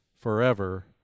forever